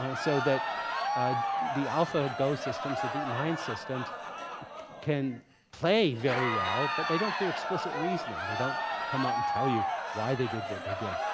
um so ah the alphago systems, the deepmind systems can play very well, but they don't do explicit reasoning. they don't come out and tell you why they did what they did.